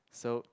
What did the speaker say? so